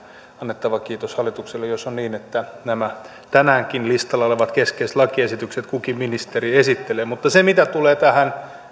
annettava kiitos hallitukselle jos on niin että nämä tänäänkin listalla olevat keskeiset lakiesitykset kukin ministeri esittelee mutta mitä tulee tähän